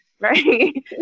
right